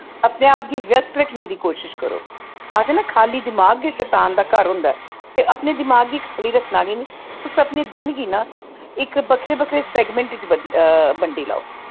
अपने आप गी व्यस्त रक्खने दी कोशश करो आखदे ना कि खाल्ली दमाक गै शैतान दा घर होंदा ऐ अपने दमाक गी खाल्ली रक्खना गै नेईं तुस अपने दिन गी ना इक बक्खरे बक्खरे सैगमैंट च बंडी लैओ